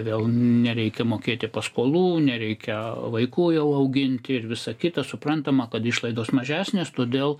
vėl nereikia mokėti paskolų nereikia vaikų jau auginti ir visa kita suprantama kad išlaidos mažesnės todėl